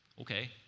okay